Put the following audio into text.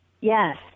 Yes